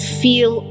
feel